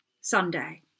Sunday